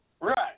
Right